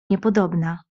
niepodobna